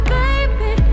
baby